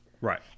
Right